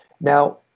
Now